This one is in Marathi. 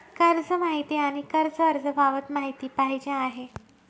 कर्ज माहिती आणि कर्ज अर्ज बाबत माहिती पाहिजे आहे